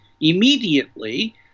immediately